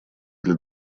для